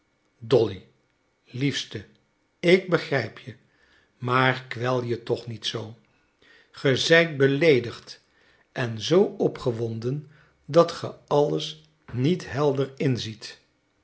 dolly liefste ik begrijp je maar kwel je toch niet zoo ge zijt beleedigd en zoo opgewonden dat ge alles niet helder inziet